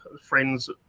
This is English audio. friends